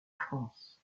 france